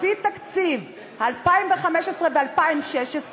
לפי תקציב 2015 ו-2016,